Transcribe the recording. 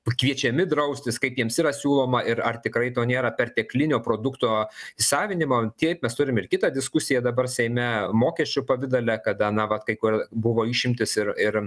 pakviečiami draustis kaip jiems yra siūloma ir ar tikrai to nėra perteklinio produkto įsavinimo taip mes turim ir kitą diskusiją dabar seime mokesčių pavidale kada na vat kai kur buvo išimtys ir